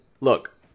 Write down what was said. look